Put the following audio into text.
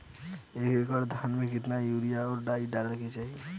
एक एकड़ धान में कितना यूरिया और डाई डाले के चाही?